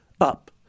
up